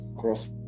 cross